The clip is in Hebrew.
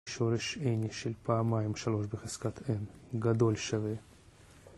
שורש n של פעמיים שלוש בחזקת n גדול שווה